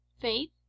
Faith